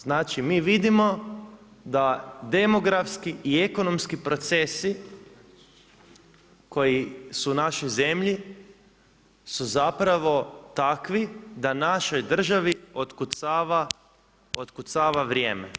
Znači mi vidimo da demografski i ekonomski procesi koji su u našoj zemlji su zapravo takvi da našoj državi otkucava vrijeme.